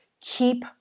keep